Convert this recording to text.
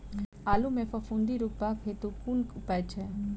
आलु मे फफूंदी रुकबाक हेतु कुन उपाय छै?